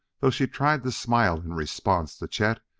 though she tried to smile in response to chet,